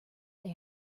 air